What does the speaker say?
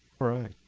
all right.